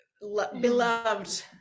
beloved